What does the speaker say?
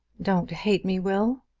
don't hate me, will!